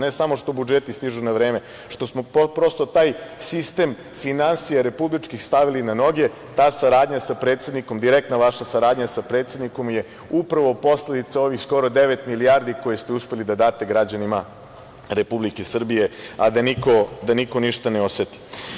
Ne samo što budžeti stižu na vreme, što smo prosto taj sistem finansija republičkih stavili na noge, ta saradnja sa predsednikom, direktna saradnja sa predsednikom je upravo posledica ovih skoro devet milijardi koje ste uspeli da date građanima Republike Srbije, a da niko ništa ne oseti.